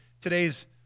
today's